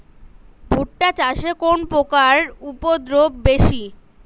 ভুট্টা চাষে কোন পোকার উপদ্রব বেশি?